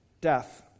death